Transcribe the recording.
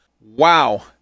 Wow